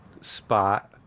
spot